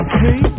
see